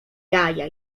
jaja